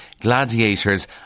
Gladiators